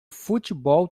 futebol